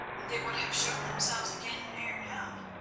they would have shown themselves again ere now.